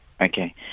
Okay